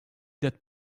that